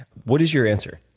what is your answer?